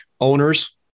owners